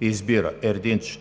Избира Ердинч